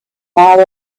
mile